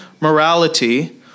morality